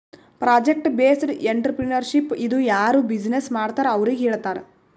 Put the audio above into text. project based entrepreneurship ಇದು ಯಾರು business ಮಾಡ್ತಾರ್ ಅವ್ರಿಗ ಹೇಳ್ತಾರ್